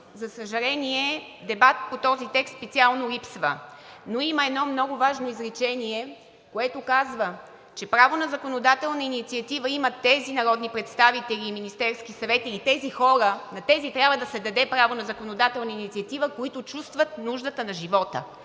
За съжаление, дебат по този текст специално липсва, но има едно много важно изречение, което казва, че право на законодателна инициатива имат тези народни представители и Министерският съвет или на тези хора трябва да се даде право на законодателна инициатива, които чувстват нуждата на живота.